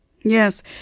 Yes